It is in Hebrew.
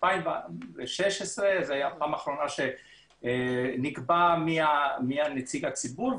ב-2016 זו הייתה הפעם האחרונה שנקבע מי נציג הציבור,